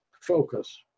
focus